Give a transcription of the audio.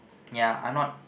ya I'm not